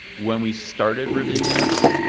when we started reviewing this,